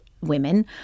women